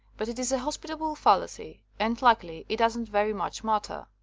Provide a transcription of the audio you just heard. but it is a hos pitable fallacy and luckily it doesn't very much matter.